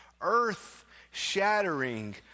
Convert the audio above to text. earth-shattering